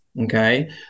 okay